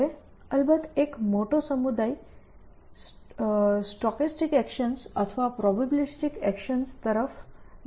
હવે અલબત્ત એક મોટો સમુદાય સ્ટોક્સ્ટીક એકશન્સ અથવા પ્રોબેબિલિસ્ટિક એકશન્સ તરફ ધ્યાન આપી રહ્યો છે